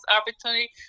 opportunity